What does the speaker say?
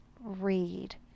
read